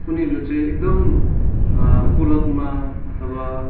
उनीहरू चाहिँ एकदम कुलतमा अथवा